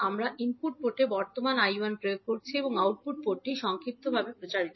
আমরা ইনপুট পোর্টে বর্তমান 𝐈1 প্রয়োগ করছি এবং আউটপুট পোর্টটি সংক্ষিপ্ত প্রচারিত